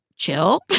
chill